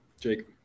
Jake